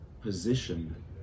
position